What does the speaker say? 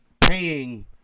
paying